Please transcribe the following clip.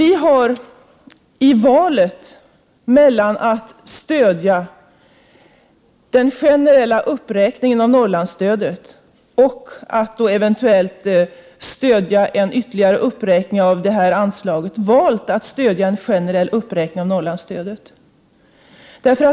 I valet mellan att stödja den generella uppräkningen av Norrlandsstödet och att eventuellt stödja en ytterligare uppräkning av anslaget till det särskilda åtgärdsprogrammet har vi stannat för att stödja en generell uppräkning av Norrlandsstödet.